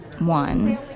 One